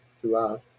throughout